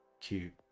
cute